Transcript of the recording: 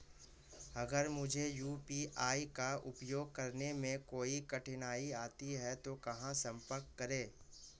अगर मुझे यू.पी.आई का उपयोग करने में कोई कठिनाई आती है तो कहां संपर्क करें?